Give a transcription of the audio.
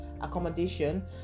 accommodation